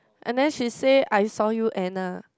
and then she say I saw you Anna